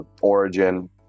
Origin